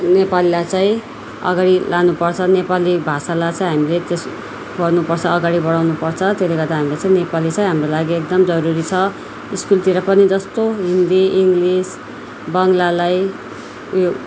नेपालीलाई चाहिँ अगाडि लानुपर्छ नेपाली भाषालाई चाहिँ हामीले त्यस गर्नुपर्छ अगाडि बढाउनु पर्छ त्यसले गर्दा हामीले चाहिँ नेपाली चाहिँ हाम्रो लागि एकदम जरुरी छ स्कुलतिर पनि जस्तो हिन्दी इङग्लिस बङ्ग्लालाई उयो